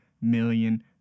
million